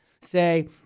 say